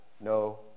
no